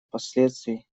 последствий